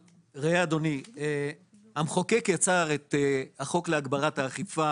אדוני, לא בכדי